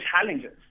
challenges